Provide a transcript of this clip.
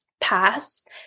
pass